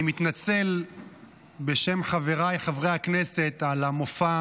אני מתנצל בשם חבריי חברי הכנסת על המופע